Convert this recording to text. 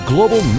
Global